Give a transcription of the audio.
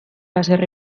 haserre